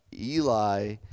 Eli